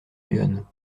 lyonne